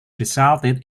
resulted